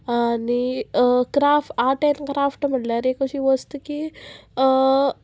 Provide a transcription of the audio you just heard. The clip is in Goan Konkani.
आनी क्राफ आर्ट एंड क्राफ्ट म्हणल्यार एक अशी वस्त की